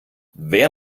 wer